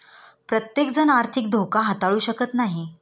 प्रत्येकजण आर्थिक धोका हाताळू शकत नाही